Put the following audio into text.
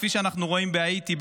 כפי שאנחנו רואים בהאיטי,